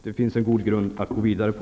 Det finns en god grund att gå vidare på.